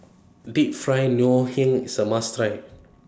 Deep Fried Ngoh Hiang IS A must Try